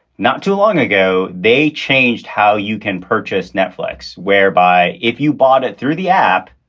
not too long ago, they changed how you can purchase netflix, whereby if you bought it through the app,